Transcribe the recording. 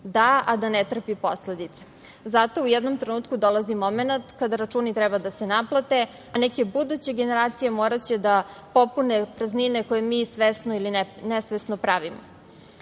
da, a da ne trpi posledice. Zato, u jednom trenutku dolazi momenata kada računi treba da se naplate, a neke buduće generacije moraće da popune praznine koje mi svesno ili nesvesno pravimo.